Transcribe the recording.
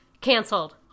canceled